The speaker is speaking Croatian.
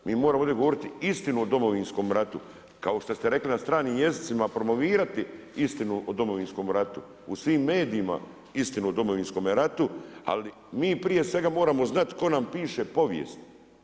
Mi moramo ovdje govoriti istinu o Domovinskom ratu kao šta ste rekli na stranim jezicima promovirati istinu o Domovinskom ratu, u svim medijima istinu o Domovinskome ratu, ali mi prije svega moramo znati tko nam piše povijest.